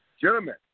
Gentlemen